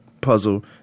puzzle